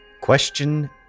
Question